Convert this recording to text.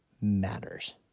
matters